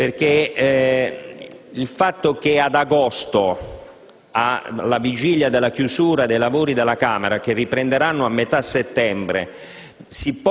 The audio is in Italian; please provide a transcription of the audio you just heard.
ossia il fatto che ad agosto, alla vigilia della chiusura dei lavori del Senato, che riprenderanno a metà settembre,